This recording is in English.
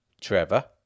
Trevor